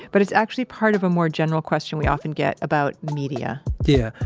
but it's actually part of a more general question we often get about media yeah.